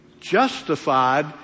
Justified